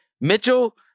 Mitchell